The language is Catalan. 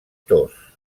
tos